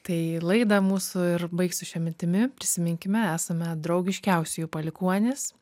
tai laidą mūsų ir baigsiu šia mintimi prisiminkime esame draugiškiausiųjų palikuonys